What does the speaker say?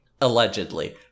Allegedly